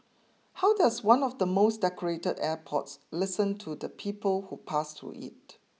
how does one of the most decorated airports listen to the people who pass through it